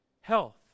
health